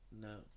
no